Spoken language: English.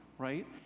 right